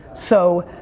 so,